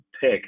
pick